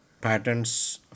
patents